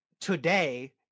today